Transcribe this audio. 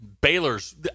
Baylor's –